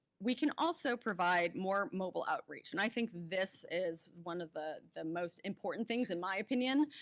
we can also provide more mobile outreach, and i think this is one of the the most important things in my opinion,